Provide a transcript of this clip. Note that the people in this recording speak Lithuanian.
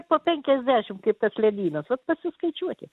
po penkiasdešimt kaip tas ledynas vat pasiskaičiuokit